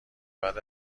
بعد